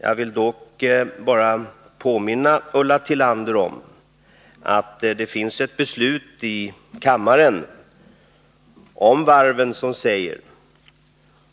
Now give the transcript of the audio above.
Jag vill dock påminna Ulla Tillander om att det finns ett beslut om varven som fattats här i kammaren och som säger att